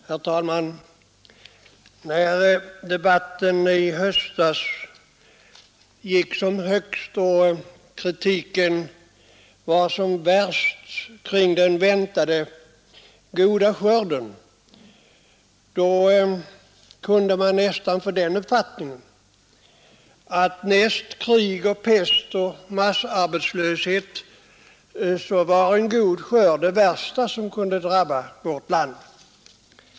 Herr talman! När debattens vågor i höstas gick som högst och kritiken var som värst kring den väntade goda skörden kunde man nästan få den uppfattningen att näst krig och pest och massarbetslöshet var en god skörd det värsta som kunde drabba vårt land.